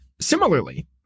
Similarly